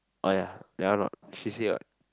oh ya that one not she say what